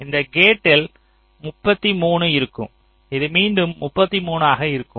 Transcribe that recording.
இந்த கேட்டில் 33 இருக்கும் இது மீண்டும் 33 ஆக இருக்கும்